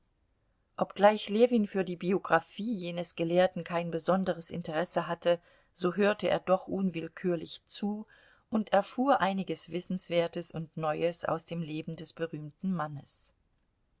obgleich ljewin für die biographie jenes gelehrten kein besonderes interesse hatte so hörte er doch unwillkürlich zu und erfuhr einiges wissenswertes und neues aus dem leben des berühmten mannes